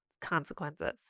consequences